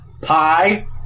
pie